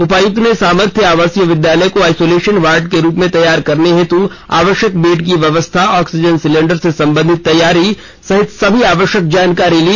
उपायुक्त ने समर्थ्य आवासीय विद्यालय को आइसोलेशन वार्ड के रूप में तैयार करने हेतु आवश्यक बेड की व्यवस्था ऑक्सीजन सिलिंडर से संबंधित तैयारी सहित सभी आवश्यक जानकारी ली